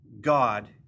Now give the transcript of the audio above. God